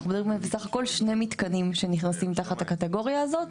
אנחנו מדברים בסך הכל על שני מתקנים שנכנסים תחת הקטגוריה הזאת.